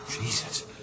Jesus